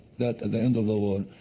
that the end of the war,